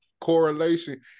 correlation